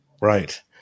Right